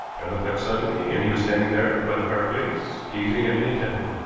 i looked up suddenly, and he was standing there by the fireplace gazing at me intently.